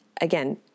again